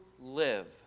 live